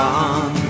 on